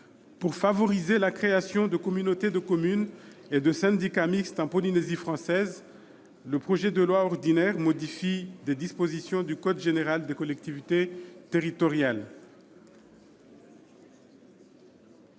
Pour favoriser la création de communautés de communes et de syndicats mixtes en Polynésie française, le projet de loi ordinaire modifie des dispositions du code général des collectivités territoriales.